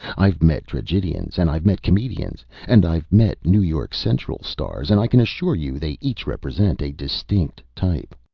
i've met tragedians, and i've met comedians, and i've met new york central stars, and i can assure you they each represent a distinct type.